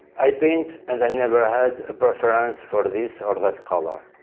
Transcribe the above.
i paint and i never had a preference for this or that color.